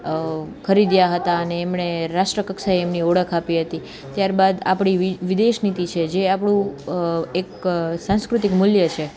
ખરીદ્યા હતાં ને એમને રાષ્ટ્ર કક્ષાએ એમની ઓળખ આપી હતી ત્યારબાદ આપણી વી વિદેશનીતી છે જે આપણું એક સાંસ્કૃતિક મૂલ્ય છે